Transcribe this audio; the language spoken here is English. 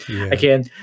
Again